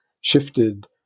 shifted